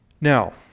Now